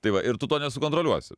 tai va ir tu to nesukontroliuosi